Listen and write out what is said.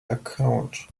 account